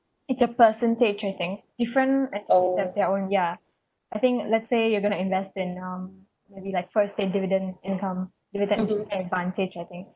it's the percentage I think different person have their own ya I think let's say you're going to invest in um maybe like first dividend income dividend advantage I think